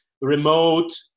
remote